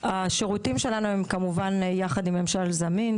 השירותים שלנו הם יחד עם ממשל זמין,